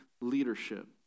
leadership